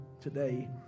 today